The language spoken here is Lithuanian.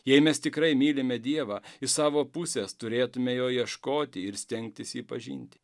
jei mes tikrai mylime dievą iš savo pusės turėtume jo ieškoti ir stengtis jį pažinti